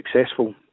successful